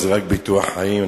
זה רק ביטוח חיים,